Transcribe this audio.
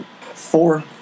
four